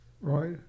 Right